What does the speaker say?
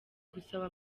gusaba